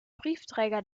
briefträger